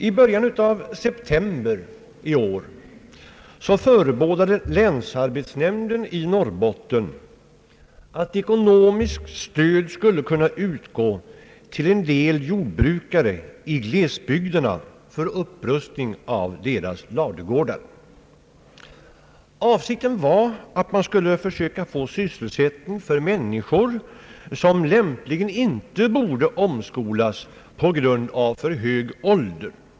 I början av september i år förebådade länsarbetsnämnden i Norbotten att ekonomiskt stöd skulle kunna utgå till en del jordbrukare i glesbygderna för upprustning av deras ladugårdar. Avsikten var att försöka skapa sysselsättning åt människor som lämpligen inte borde omskolas på grund av för hög ålder.